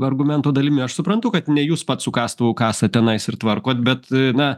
argumento dalimi aš suprantu kad ne jūs pats su kastuvu kasat tenais ir tvarkot bet na